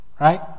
right